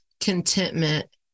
contentment